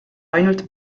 ainult